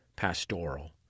pastoral